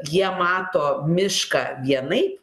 jie mato mišką vienaip